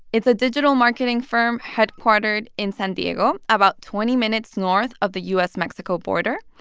it's a digital marketing firm headquartered in san diego, about twenty minutes north of the u s mexico border.